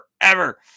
forever